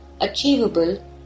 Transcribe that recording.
achievable